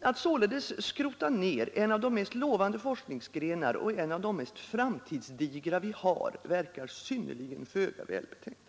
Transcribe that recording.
Att således skrota ner en av de mest lovande forskningsgrenar och en av de mest framtidsdigra vi har verkar att vara synnerligen föga välbetänkt.